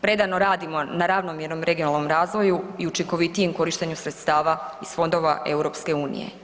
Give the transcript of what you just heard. Predano radimo na ravnomjernom regionalnom razvoju i učinkovitijem korištenju sredstava iz fondova EU.